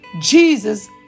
Jesus